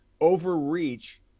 Overreach